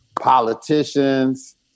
politicians